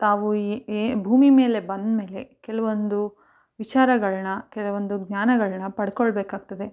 ತಾವು ಈ ಈ ಭೂಮಿ ಮೇಲೆ ಬಂದಮೇಲೆ ಕೆಲವೊಂದು ವಿಚಾರಗಳನ್ನು ಕೆಲವೊಂದು ಜ್ಞಾನಗಳನ್ನು ಪಡ್ಕೊಳ್ಬೇಕಾಗ್ತದೆ